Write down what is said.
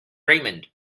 raymond